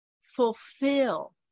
fulfill